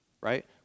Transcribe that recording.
right